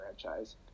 franchise